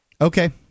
okay